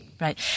Right